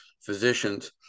physicians